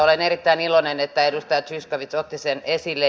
olen erittäin iloinen että edustaja zyskowicz otti sen esille